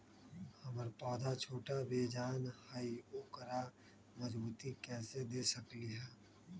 हमर पौधा छोटा बेजान हई उकरा मजबूती कैसे दे सकली ह?